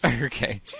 Okay